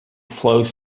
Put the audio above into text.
flows